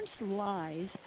lies